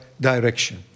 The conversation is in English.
direction